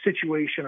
situation